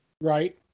Right